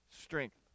strength